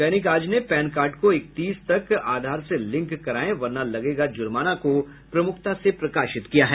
दैनिक आज ने PAN card को एकतीस तक आधार से लिंक करायें वरना लगेगा जुर्माना को प्रमुखता से प्रकाशित किया है